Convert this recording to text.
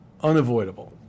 unavoidable